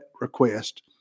request